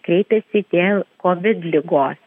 kreipiasi dėl kovid ligos